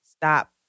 stop